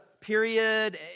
period